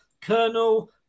Colonel